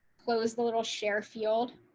close the little share field.